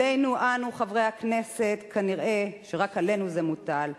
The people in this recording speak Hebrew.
עלינו, אנו, חברי הכנסת, כנראה שרק עלינו זה מוטל,